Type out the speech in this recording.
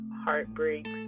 Heartbreaks